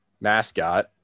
mascot